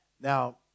Now